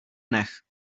nech